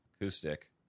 acoustic